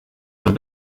zum